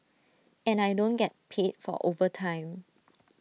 and I don't get paid for overtime